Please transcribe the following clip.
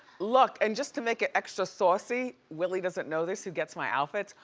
look, and just to make it extra saucy, willy doesn't know this, who gets my outfits,